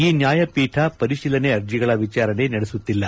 ಈ ನ್ನಾಯಪೀಠ ಪರಿಶೀಲನೆ ಅರ್ಜಿಗಳ ವಿಚಾರಣೆ ನಡೆಸುತ್ತಿಲ್ಲ